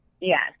Yes